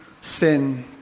sin